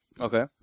Okay